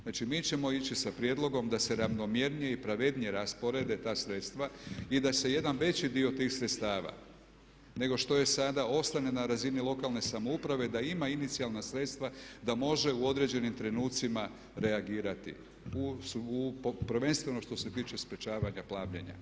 Znači, mi ćemo ići sa prijedlogom da se ravnomjernije i pravednije rasporede ta sredstva i da jedan veći dio tih sredstava nego što je sada ostane na razini lokalne samouprave, da ima inicijalna sredstva da može u određenim trenucima reagirati, prvenstveno što se tiče sprječavanja plavljenja.